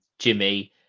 Jimmy